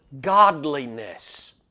godliness